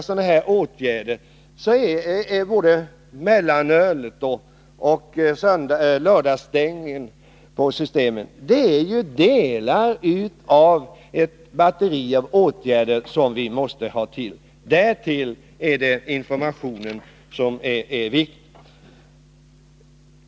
Sammantaget är både mellanölet och lördagsstängningen på Systemet delar utav ett batteri av åtgärder som vi måste få till stånd. Därtill kommer informationen, som är viktig.